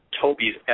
Toby's